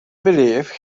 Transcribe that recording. believe